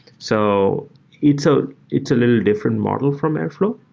so it's ah it's a little different model from airflow.